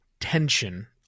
tension